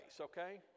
okay